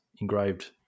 engraved